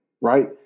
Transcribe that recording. right